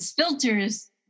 filters